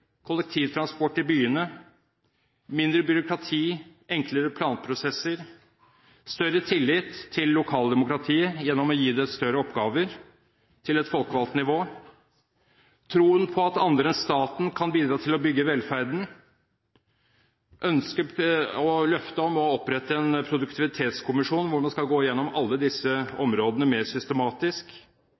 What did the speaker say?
kollektivtransport i byene, mindre bruk av tid, enklere planprosesser, større tillit til lokaldemokratiet gjennom å gi større oppgaver til et folkevalgt nivå – troen på at andre enn staten kan bidra til å bygge velferden, ønsket og løftet om å opprette en produktivitetskommisjon, hvor man skal gå gjennom alle disse områdene mer systematisk.